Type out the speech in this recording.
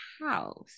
house